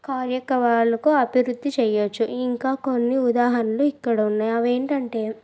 కార్యక్రమాలకు అభివృద్ధి చేయొచ్చు ఇంకా కొన్ని ఉదాహరణలు ఇక్కడ ఉన్నాయి అవి ఏంటంటే